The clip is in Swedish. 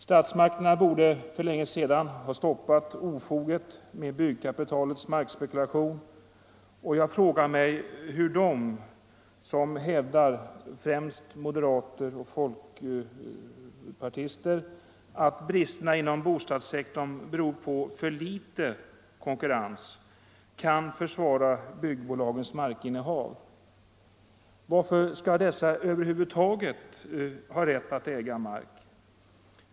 Statsmakterna borde för länge sedan ha stoppat ofoget med byggkapitalets markspekulation. Jag frågar mig hur de — främst moderater och folkpartister — som hävdar att bristerna inom bostadssektorn beror på för litet konkurrens kan försvara byggbolagens markinnehav. Varför skall dessa över huvud taget ha rätt att äga mark?